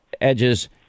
edges